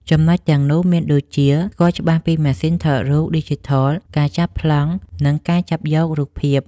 ចំណុចទាំងនោះ មានដូចជា ស្គាល់ច្បាស់ពីម៉ាសុីនថតរូបឌីជីថល ការចាប់ប្លង់ និងការចាប់យករូបភាព។